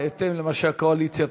בהתאם למה שהקואליציה תחליט.